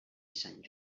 sant